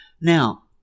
Now